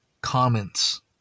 comments